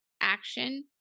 action